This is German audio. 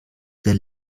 der